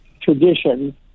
tradition